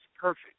perfect